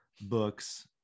books